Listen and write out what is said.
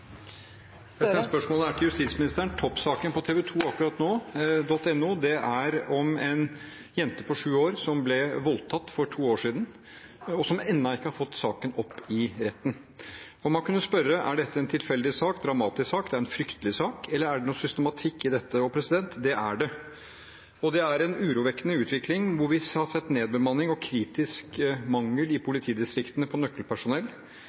ble voldtatt for to år siden, og som ennå ikke har fått saken opp for retten. Og man kan spørre: Er dette en tilfeldig sak – det er en dramatisk sak, fryktelig sak – eller er det noe systematikk i dette? Og det er det! Det er en urovekkende utvikling, hvor vi har sett nedbemanning og kritisk mangel på nøkkelpersonell i politidistriktene, tilbakemeldinger om lengre responstid og en voksende mangel på